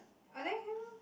ah there can lor